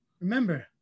remember